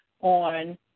on